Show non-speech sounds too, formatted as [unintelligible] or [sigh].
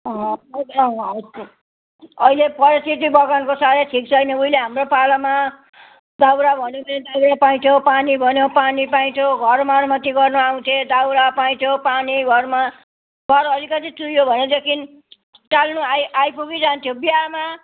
अँ [unintelligible] अहिले परिस्थिति बगानको साह्रै ठिक छैन उहिले हाम्रो पालामा दाउरा भने पनि दाउरै पाइन्थ्यो पानी भन्यो पानी पाइन्थ्यो घर मर्मती गर्नु आउँथे दाउरा पाइन्थ्यो पानी घरमा घर अलिकति चुह्यो भनेदेखिन् टाल्नु आइ आइपुगी जान्थ्यो बिहामा